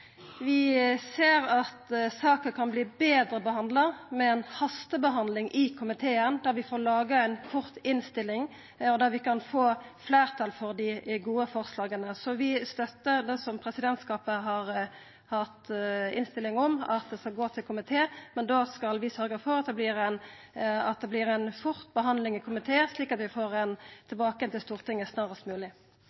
Vi ser at saka kan verta betre behandla med ei hastebehandling i komiteen, der vi raskt får laga ei innstilling, der vi kan få fleirtal for dei gode forslaga. Vi støttar difor – som presidentskapet har innstilt på – at saka skal sendast til komiteen, men då skal vi sørgja for at det vert ei rask behandling, slik at vi får